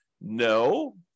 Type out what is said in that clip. No